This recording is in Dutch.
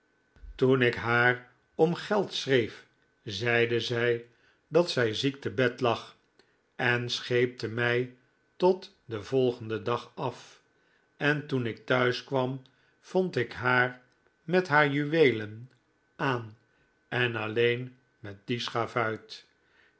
toen ik haar om geld schreef zeide zij dat zij ziek te bed lag en scheepte mij tot den volgenden dag af en toen ik thuis kwam vond ik haar met haar juweelen aan en alleen met dien schavuit